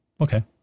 okay